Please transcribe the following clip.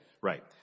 Right